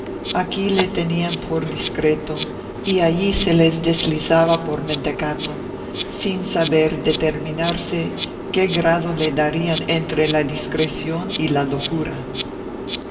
aquí le tenían por discreto y allí se les deslizaba por mentecato sin saber determinarse qué grado le darían entre la discreción y la locura